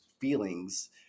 feelings